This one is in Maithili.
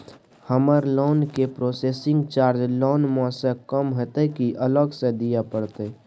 हमर लोन के प्रोसेसिंग चार्ज लोन म स कम होतै की अलग स दिए परतै?